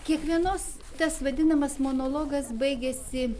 kiekvienos tas vadinamas monologas baigiasi